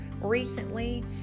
recently